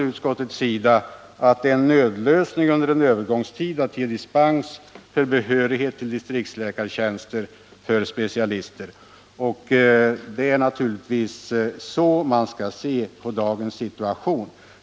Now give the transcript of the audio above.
Utskottet har sagt att det är en nödlösning under en övergångstid att ge dispens för behörighet till distriktsläkartjänster för specialister, och det är naturligtvis så man skall se på dagens situation.